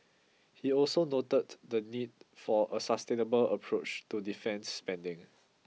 he also noted the need for a sustainable approach to defence spending